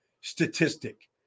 statistic